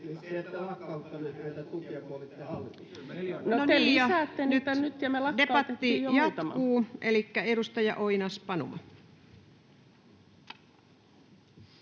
nyt debatti jatkuu. — Elikkä edustaja Oinas-Panuma.